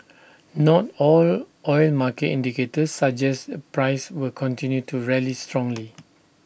not all oil market indicators suggests the price will continue to rally strongly